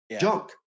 Junk